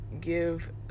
give